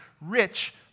rich